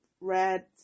red